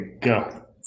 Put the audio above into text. go